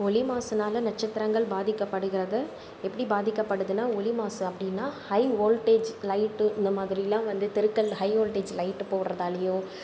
ஒளி மாசினால் நட்சத்திரங்கள் பாதிக்கப்படுகிறது எப்படி பாதிக்கப்படுதுனால் ஒளி மாசு அப்படினா ஹை ஓல்டேஜு லைட்டு இந்த மாதிரிலாம் வந்து தெருக்களில் ஹை ஓல்டேஜ் லைட்டு போடுறதாலையும்